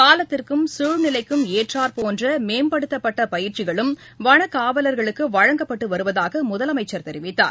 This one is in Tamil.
காலத்திற்கும் சூழ்நிலைக்கும் ஏற்றாற்போன்ற மேம்படுத்தப்பட்ட பயிற்சிகளும் வனக் காவலர்களுக்கு வழங்கப்பட்டு வருவதாக முதலமைச்சர் தெரிவித்தார்